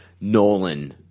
Nolan